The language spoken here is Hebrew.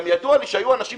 גם ידוע לי שהיו אנשים